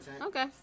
Okay